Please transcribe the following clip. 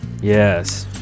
Yes